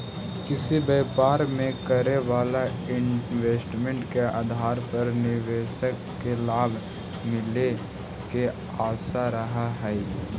किसी व्यापार में करे वाला इन्वेस्ट के आधार पर निवेशक के लाभ मिले के आशा रहऽ हई